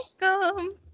welcome